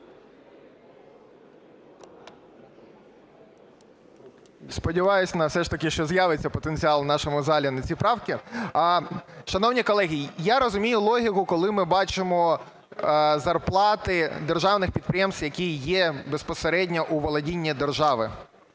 ж таки, що з'явиться потенціал у нашому залі на ці правки. Шановні колеги, я розумію логіку, коли ми бачимо зарплати державних підприємств, які є безпосередньо у володінні держави,